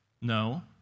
No